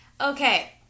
Okay